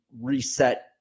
reset